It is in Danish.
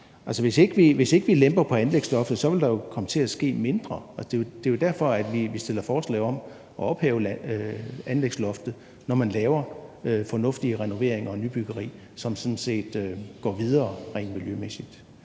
Hvis ikke vi lemper på anlægsloftet, vil der jo komme til at ske mindre. Det er jo derfor, vi stiller forslag om at ophæve anlægsloftet, når man laver fornuftige renoveringer og nybyggeri, som sådan set